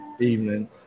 evening